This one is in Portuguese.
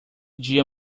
dia